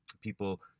people